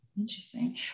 Interesting